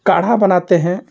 काढ़ा बनाते हैं